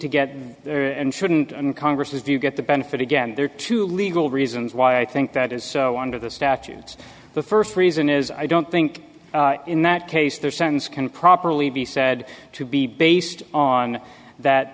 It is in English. to get there and shouldn't and congress is do you get the benefit again there are two legal reasons why i think that is under the statutes the first reason is i don't think in that case their sentence can properly be said to be based on